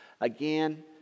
again